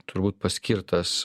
turbūt paskirtas